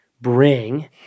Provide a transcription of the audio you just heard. bring